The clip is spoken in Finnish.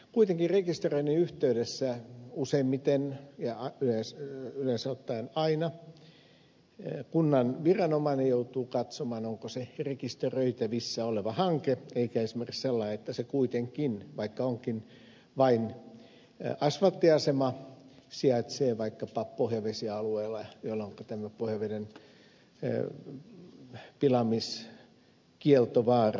kuitenkin rekisteröinnin yhteydessä useimmiten ja yleensä ottaen aina kunnan viranomainen joutuu katsomaan onko se rekisteröitävissä oleva hanke eikä esimerkiksi sellainen että se kuitenkin vaikka onkin vain asvalttiasema sijaitsee vaikkapa pohjavesialueella jolloinka pohjaveden pilaamiskielto vaarantuu